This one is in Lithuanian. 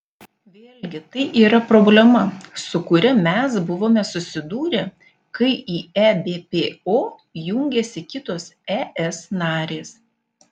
vėlgi tai yra problema su kuria mes buvome susidūrę kai į ebpo jungėsi kitos es narės